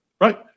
right